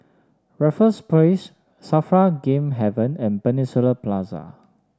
Raffles Place Safra Game Haven and Peninsula Plaza